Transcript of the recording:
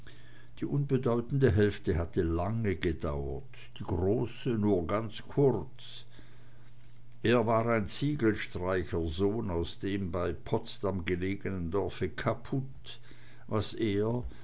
die unbedeutende hälfte hatte lange gedauert die große nur ganz kurz er war ein ziegelstreichersohn aus dem bei potsdam gelegenen dorfe kaputt was er